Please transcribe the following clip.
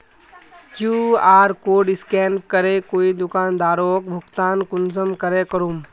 QR code scan करे कोई दुकानदारोक भुगतान कुंसम करे करूम?